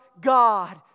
God